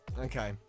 Okay